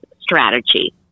strategy